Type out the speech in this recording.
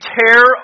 tear